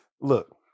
look